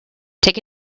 take